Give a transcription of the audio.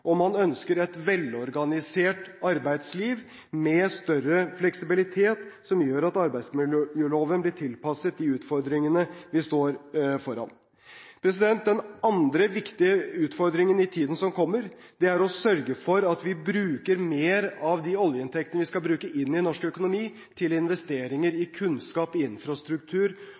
Man ønsker et velorganisert arbeidsliv med større fleksibilitet som gjør at arbeidsmiljøloven blir tilpasset de utfordringene vi står foran. Den andre viktige utfordringen i tiden som kommer, er å sørge for at vi bruker mer av de oljeinntektene som vi skal bruke, inn i norsk økonomi til investeringer i kunnskap, i infrastruktur